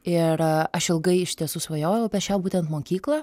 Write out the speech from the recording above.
ir aš ilgai iš tiesų svajojau apie šią būtent mokyklą